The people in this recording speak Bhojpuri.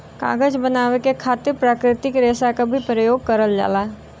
कागज बनावे के खातिर प्राकृतिक रेसा क भी परयोग करल जाला